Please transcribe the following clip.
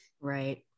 Right